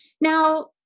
now